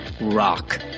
rock